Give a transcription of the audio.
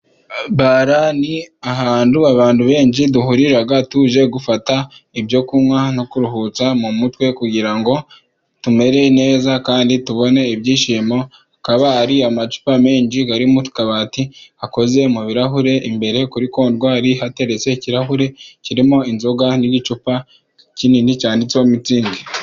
Ibara ni ahantu abantu benshi duhurira tuje gufata ibyo kunywa no kuruhuka mu mutwe, kugira ngo tumere neza kandi tubone ibyishimo. Hakaba hari amacupa menshi ari mu kabati akozwe mu birahure. Imbere kuri kontwari hateretse ikirahure kirimo inzoga n'igicupa kinini cyanditseho mitzing.